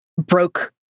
broke